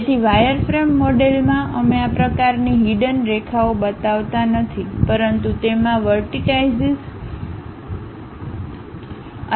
તેથી વાયરફ્રેમ મોડેલમાં અમે આ પ્રકારની હિડન રેખાઓ બતાવતા નથી પરંતુ તેમાં વર્ટિટાઈશીસ અને આ એજ શામેલ છે